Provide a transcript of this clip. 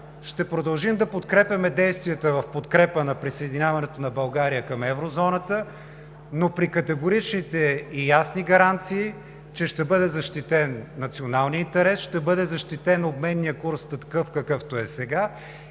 Ще продължим да подкрепяме действията в подкрепа на присъединяването на България към Еврозоната, но при категоричните и ясни гаранции, че ще бъде защитен националният интерес, ще бъде защитен обменният курс, какъвто е сега,